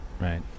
right